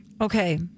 Okay